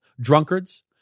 drunkards